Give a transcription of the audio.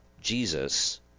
Jesus